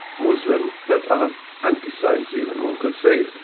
muslim, that are anti-science even, one could say.